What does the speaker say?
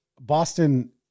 Boston